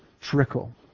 trickle